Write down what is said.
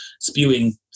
spewing